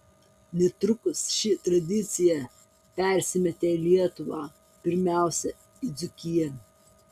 netrukus ši tradicija persimetė į lietuvą pirmiausia į dzūkiją